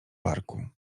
parku